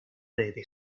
desde